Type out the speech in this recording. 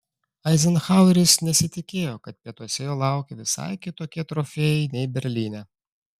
eizenhaueris nesitikėjo kad pietuose jo laukia visai kitokie trofėjai nei berlyne